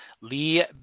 Lee